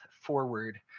forward